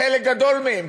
חלק גדול מהן,